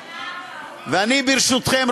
ברשותכם,